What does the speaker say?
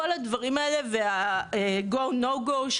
כל הדברים האלה וה-"go/no go",